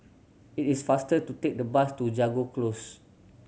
it is faster to take the bus to Jago Close